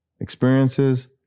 experiences